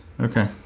Okay